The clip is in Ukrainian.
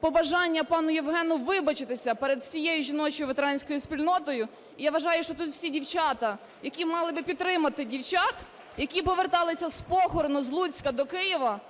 побажання пану Євгену вибачитися перед всією жіночою ветеранською спільною. І я вважаю, що тут всі дівчата, які мали би підтримати дівчат, які поверталися з похорону з Луцька до Києва,